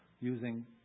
using